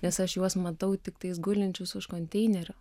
nes aš juos matau tiktais gulinčius už konteinerio